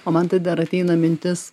o man tai dar ateina mintis